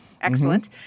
excellent